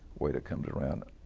waiter comes around